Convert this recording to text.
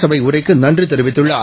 சபைஉரைக்குநன்றிதெரிவித்துள்ளார்